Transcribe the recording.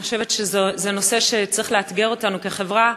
אני חושבת שזה נושא שצריך לאתגר אותנו כחברה.